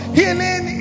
healing